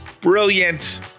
Brilliant